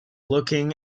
looking